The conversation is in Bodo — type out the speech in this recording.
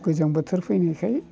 गोजां बोथोर फैनायखाय